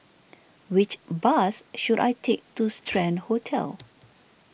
which bus should I take to Strand Hotel